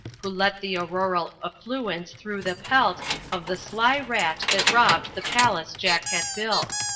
who let the auroral effluence through the pelt of the sly rat that robbed the palace jack had built.